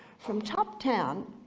from top-down